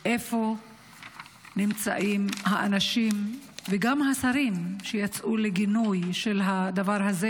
איפה נמצאים האנשים וגם השרים שיצאו לגינוי של הדבר הזה,